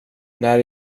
när